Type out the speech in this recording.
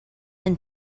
and